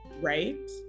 Right